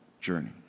journey